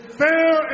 fair